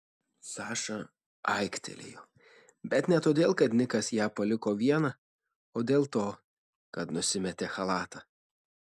saša aiktelėjo bet ne todėl kad nikas ją paliko vieną o dėl to kad nusimetė chalatą